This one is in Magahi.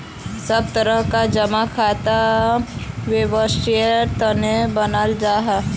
सब तरह कार जमा खाताक वैवसायेर तने बनाल जाहा